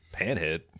Panhead